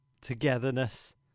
togetherness